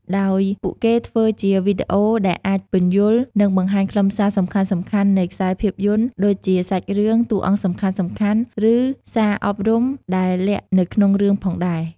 ដោយពួកគេធ្វើជាវីឌីអូដែលអាចពន្យល់ និងបង្ហាញខ្លឹមសារសំខាន់ៗនៃខ្សែភាពយន្ត ដូចជាសាច់រឿង តួអង្គសំខាន់ៗ ឬសារអប់រំដែលលាក់នៅក្នុងរឿងផងដែរ។